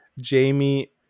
Jamie